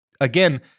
again